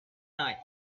night